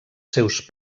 seus